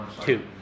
Two